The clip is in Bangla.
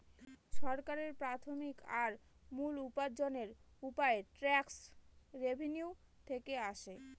সরকারের প্রাথমিক আর মূল উপার্জনের উপায় ট্যাক্স রেভেনিউ থেকে আসে